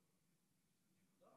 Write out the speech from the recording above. הנוכחי.